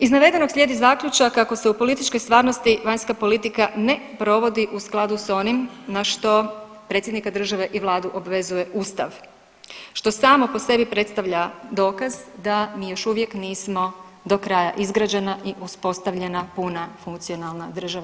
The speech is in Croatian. Iz navedenog slijedi zaključak, ako se u političkoj stvarnosti vanjska politika ne provodi u skladu sa onim na što predsjednika države i Vladu obvezuje Ustav, što samo po sebi predstavlja dokaz da mi još uvijek nismo do kraja izgrađena i uspostavljena puna funkcionalna država.